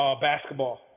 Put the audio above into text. Basketball